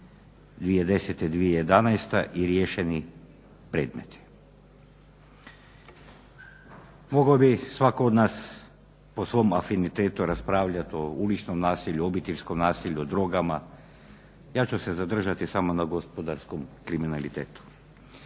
2011. i riješeni predmeti. Mogao bi svatko od nas po svom afinitetu raspravljat o uličnom nasilju, obiteljskom nasilju, drogama, ja ću se zadržati samo na gospodarskom kriminalitetu.